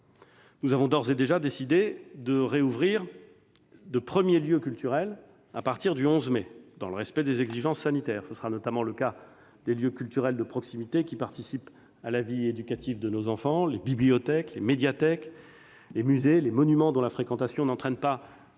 Nous avons d'ores et déjà décidé de rouvrir de premiers lieux culturels à partir du 11 mai, dans le respect des exigences sanitaires. Ce sera notamment le cas des lieux culturels de proximité, qui participent à la vie éducative de nos enfants- les bibliothèques, les médiathèques, les musées, les monuments -, dont la fréquentation n'entraîne pas